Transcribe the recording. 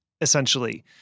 essentially